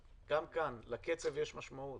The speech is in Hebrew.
לקצב יש משמעות.